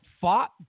fought